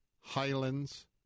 Highlands